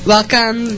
Welcome